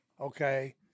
okay